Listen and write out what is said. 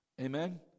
amen